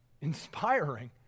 inspiring